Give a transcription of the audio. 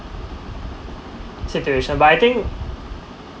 situation but I think